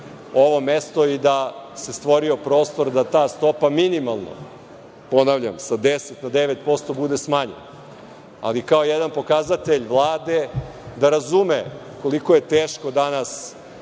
ovo mesto i da se stvorio prostor da ta stopa minimalno, ponavljam, sa 10% na 9%, bude smanjena, ali kao jedan pokazatelj Vlade da razume koliko je teško danas